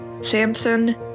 Samson